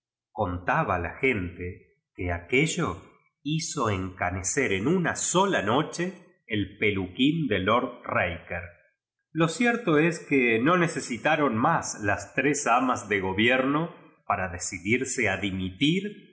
contaba la gente que aquéllo iluto enca necer en uuii sola noche d peluquín de lord raker lo cierto es que no necesitaron más las tres amas de gobierno para decidirás a dimi